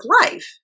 life